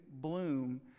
bloom